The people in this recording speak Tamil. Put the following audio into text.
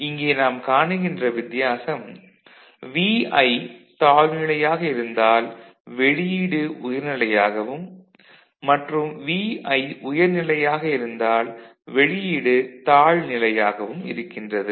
இங்கே நாம் காணுகின்ற வித்தியாசம் Vi தாழ்நிலையாக இருந்தால் வெளியீடு உயர்நிலையாகவும் மற்றும் Vi உயர்நிலையாக இருந்தால் வெளியீடு தாழ்நிலையாகவும் இருக்கின்றது